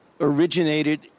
originated